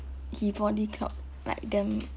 he body clock like damn